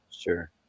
sure